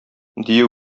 дию